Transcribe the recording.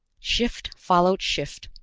shift followed shift,